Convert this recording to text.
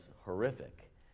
horrific